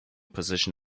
position